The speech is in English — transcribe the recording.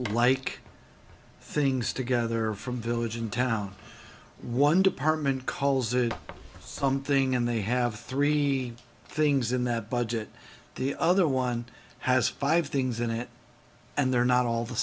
like things together from village and town one department calls it something and they have three things in that budget the other one has five things in it and they're not all the